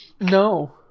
no